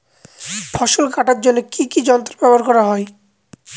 ফসল কাটার জন্য কি কি যন্ত্র ব্যাবহার করা হয়?